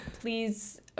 please